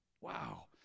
Wow